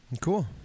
cool